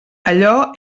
allò